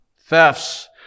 thefts